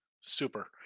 super